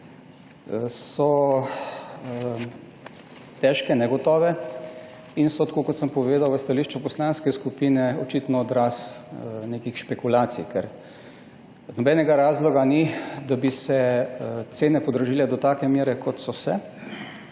so težke, negotove, in so tako, kot sem povedal v stališču poslanske skupine, očitno odraz nekih špekulacij. Nobenega razloga ni, da bi se cene podražile do take mere, kot so se.